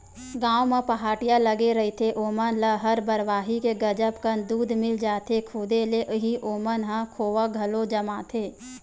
गाँव म पहाटिया लगे रहिथे ओमन ल हर बरवाही के गजब कन दूद मिल जाथे, खुदे ले ही ओमन ह खोवा घलो जमाथे